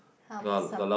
how about some